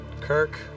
Kirk